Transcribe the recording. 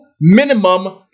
minimum